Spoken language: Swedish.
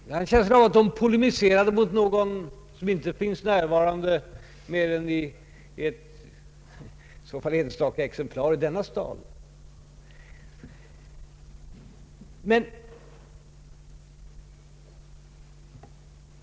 Jag har en känsla av att de polemiserade mot någon som i så fall är tämligen ensam om en annan uppfattning i denna sal.